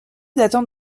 datant